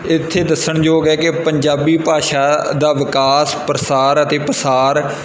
ਇੱਥੇ ਦੱਸਣ ਯੋਗ ਹੈ ਕਿ ਪੰਜਾਬੀ ਭਾਸ਼ਾ ਦਾ ਵਿਕਾਸ ਪ੍ਰਸਾਰ ਅਤੇ ਪਸਾਰ